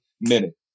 minute